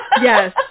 yes